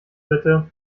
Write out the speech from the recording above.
bitte